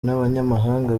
n’abanyamahanga